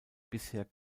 bisher